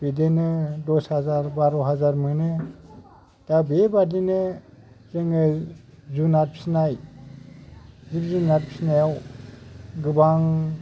बिदिनो दस हाजार बार' हाजार मोनो दा बेबादिनो जोङो जुनात फिनाय जिब जुनात फिनायाव गोबां